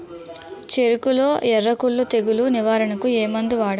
చెఱకులో ఎర్రకుళ్ళు తెగులు నివారణకు ఏ మందు వాడాలి?